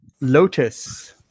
Lotus